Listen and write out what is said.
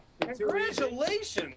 Congratulations